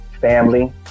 family